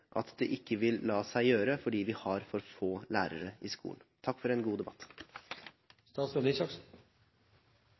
at det ikke vil la seg gjøre fordi vi har for få lærere i skolen. Takk for en god debatt.